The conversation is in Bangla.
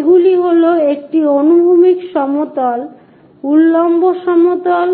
এগুলি হল একটি অনুভূমিক সমতল উল্লম্ব সমতল